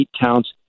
counts